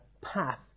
path